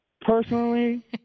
personally